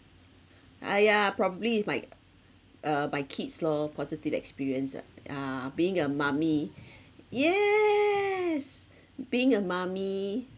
!aiya! probably is my uh my kids lor positive experience ah uh being a mummy yes being a mummy